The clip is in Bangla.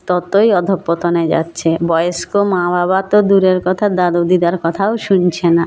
ততোই অধঃপতনে যাচ্ছে বয়েস্ক মা বাবা তো দূরের কথা দাদু দিদার কথাও শুনছে না